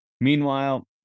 Meanwhile